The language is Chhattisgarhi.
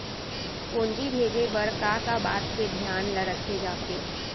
पूंजी भेजे बर का का बात के धियान ल रखे जाथे?